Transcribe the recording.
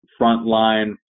frontline